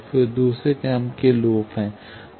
फिर दूसरा क्रम के लूप है